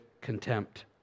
contempt